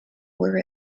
where